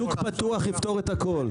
שוק פתוח יפתור את הכול,